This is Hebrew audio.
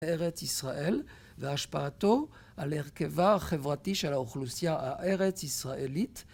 ארץ ישראל והשפעתו על הרכבה החברתי של האוכלוסייה הארץ ישראלית